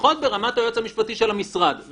לפחות ברמת היועץ המשפטי של המשרד.